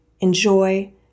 enjoy